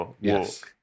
Yes